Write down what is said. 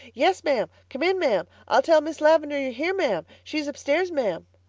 yes, ma'am. come in, ma'am. i'll tell miss lavendar you're here, ma'am. she's upstairs, ma'am.